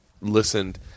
listened